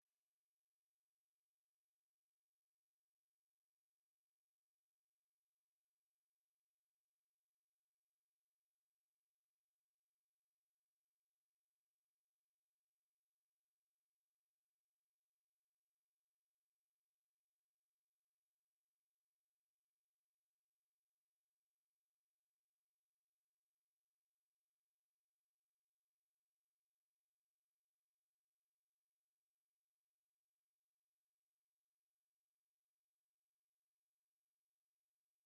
Jeanette Kagame ni umugore w’ikirenga mu Rwanda, akaba ari umugore w’Umukuru w’Igihugu, Nyakubahwa Perezida Paul Kagame. Azwi cyane kubera ibikorwa bye byo gufasha abatishoboye, guteza imbere imibereho myiza y’abaturage, ndetse n’inkunga yihariye ku rubyiruko n’abagore. Ni we ushinzwe ibikorwa by’ishyirahamwe “Imbuto Foundation”, rifasha mu burezi, ubuzima, ikoranabuhanga n’imibereho myiza y’abaturage.